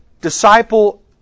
disciple